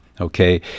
okay